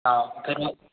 हाँ फिर वो